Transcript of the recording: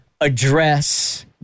address